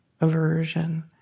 aversion